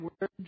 word